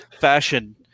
fashion